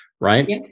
right